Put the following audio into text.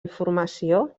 informació